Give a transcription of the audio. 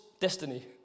destiny